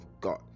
god